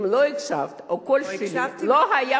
אם לא הקשבת, או הקול שלי, לא, הקשבתי מצוין.